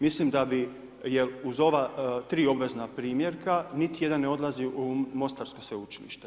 Mislim da bi jer uz ova tri obvezna primjerka, niti jedan ne odlazi u mostarsko sveučilište.